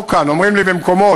לא כאן, אומרים לי במקומות: